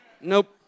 Nope